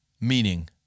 meaning